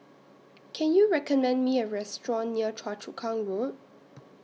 Can YOU recommend Me A Restaurant near Choa Chu Kang Road